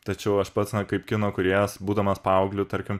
tačiau aš pats ne kaip kino kūrėjas būdamas paaugliu tarkim